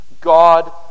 God